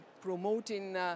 promoting